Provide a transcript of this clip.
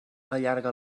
allarga